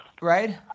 right